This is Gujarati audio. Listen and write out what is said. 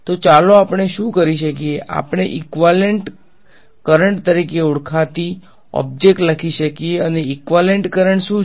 તો ચાલો આપણે શું કરી શકીએ આપણે ઈકવાલેંટ કરંટ તરીકે ઓળખાતી ઓબ્જેક્ટ લખી શકીએ અને ઈકવાલેંટ કરંટ શુ છે